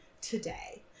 Today